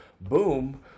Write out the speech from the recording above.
boom